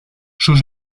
sus